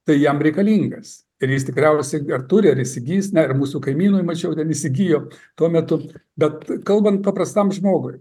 tai jam reikalingas ir jis tikriausiai ar turi ar įsigis ne ir mūsų kaimynui mačiau įsigijo tuo metu bet kalbant paprastam žmogui